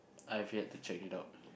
I've yet to check it out